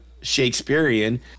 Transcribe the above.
shakespearean